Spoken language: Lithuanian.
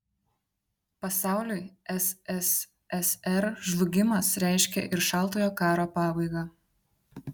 pasauliui sssr žlugimas reiškė ir šaltojo karo pabaigą